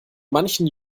manchen